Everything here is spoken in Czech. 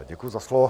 Děkuji za slovo.